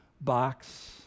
box